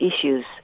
issues